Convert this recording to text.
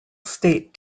state